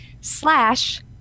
slash